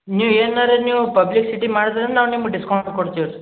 ನೀವು ಏನಾರೆ ನೀವು ಪಬ್ಲಿಸಿಟಿ ಮಾಡ್ದನ ನಾವು ನಿಮ್ಗ ಡಿಸ್ಕೌಂಟ್ ಕೊಡ್ತಿವಿ ರೀ